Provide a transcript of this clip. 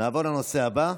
נעבור לנושא הבא,